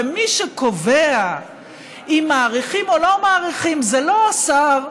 ומי שקובע אם מאריכים או לא מאריכים זה לא השר,